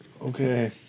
Okay